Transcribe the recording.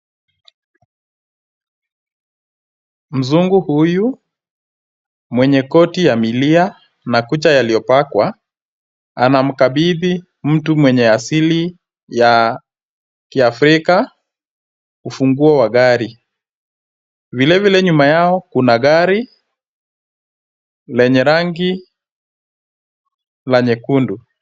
Mzungu huyu mwenye koti ya milia na kucha zilizopakwa, anamkabidhi mtu mwenye asili ya kiafrika ufunguo wa gari. Vilevile nyuma yao kuna gari, lenye rangi la nyekundu.